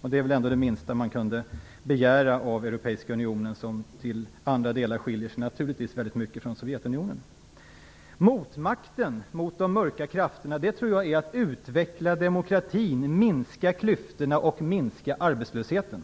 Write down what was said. och det vore väl det minsta man borde kunna begära av Europeiska unionen, som i andra avseenden naturligtvis skiljer sig väldigt mycket från Sovjetunionen. Motmakten mot de mörka krafterna tror jag är att man utvecklar demokratin, minskar klyftorna och minskar arbetslösheten.